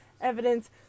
evidence